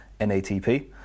NATP